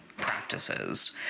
practices